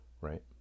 right